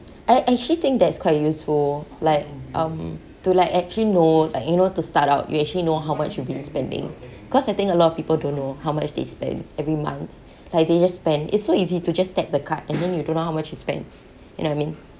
I actually think that it's quite useful like um to like actually know like you know to start out you actually know how much you've been spending cause I think a lot of people don't know how much they spend every month like they just spend it's so easy to just take the card and then you don't know how much you spend you know what I mean